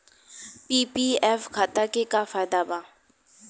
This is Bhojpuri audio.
पी.पी.एफ खाता के का फायदा बा?